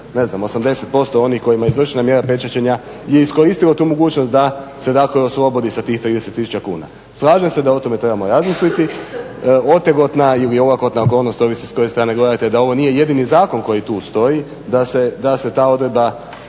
ne znam 80% onih kojima je izvršena mjera pečaćenja je iskoristilo tu mogućnost da se oslobodi sa tih 30 tisuća kuna. Slažem se da o tome trebamo razmisliti. Otegotna ili olakotna okolnost ovisi s koje strane gledate da ovo nije jedini zakon koji tu stoji, da se ta odredba